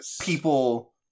people